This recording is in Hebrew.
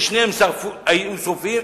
ששתיהן היו שרופות,